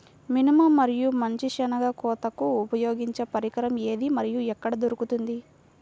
మినుము మరియు మంచి శెనగ కోతకు ఉపయోగించే పరికరం ఏది మరియు ఎక్కడ దొరుకుతుంది?